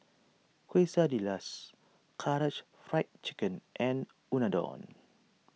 Quesadillas Karaage Fried Chicken and Unadon